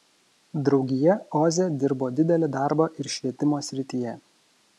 draugija oze dirbo didelį darbą ir švietimo srityje